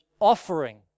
offering